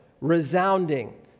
resounding